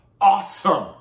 Awesome